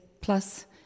plus